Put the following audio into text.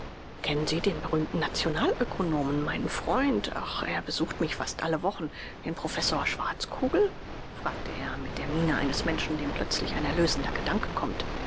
kennen sie den berühmten nationalökonomen meinen freund ach er besucht mich fast alle wochen den professor schwartzkogel fragte er mit der miene eines menschen dem plötzlich ein erlösender gedanke kommt